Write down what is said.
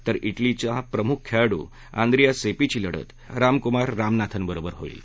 तर इटलीचा प्रमुख खेळाडू आंद्रिया सेपीची लढत रामकुमार रामनाथनबरोबर होईल